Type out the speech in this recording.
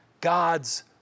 God's